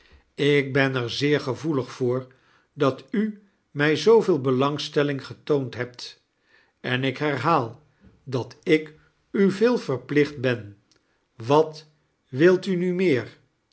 ik ben er zeer gevoelig voor dat u mij zooveel belangstelling getoond hebt en ik herhaal dat ik u veel verplicht ben wat wilt u nu meer